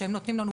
שהם נותנים לנו,